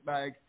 Bag